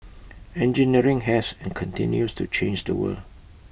engineering has and continues to change the world